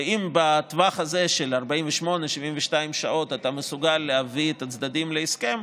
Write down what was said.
ואם בטווח הזה של 48 72 שעות אתה מסוגל להביא את הצדדים להסכם,